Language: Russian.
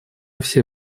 все